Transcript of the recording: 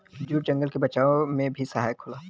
jute जंगल के बचावे में भी सहायक होला